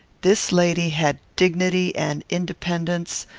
this lady had dignity and independence,